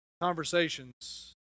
Conversations